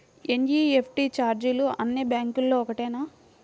NEFT ఛార్జీలు అన్నీ బ్యాంక్లకూ ఒకటేనా?